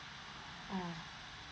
oh